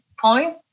point